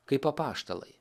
kaip apaštalai